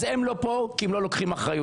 אז הם לא פה כי הם לא לוקחים אחריות